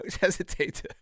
hesitate